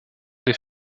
des